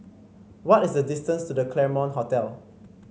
what is the distance to The Claremont Hotel